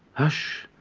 hush,